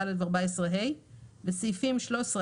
14ד ו־14ה 5. בסעיפים 13,